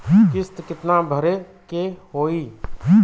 किस्त कितना भरे के होइ?